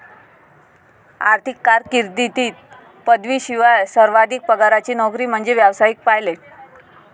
आर्थिक कारकीर्दीत पदवीशिवाय सर्वाधिक पगाराची नोकरी म्हणजे व्यावसायिक पायलट